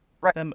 right